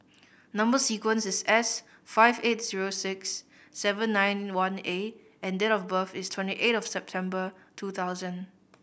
number sequence is S five eight zero six seven nine one A and date of birth is twenty eight September two thousand